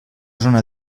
zona